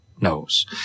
knows